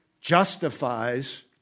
justifies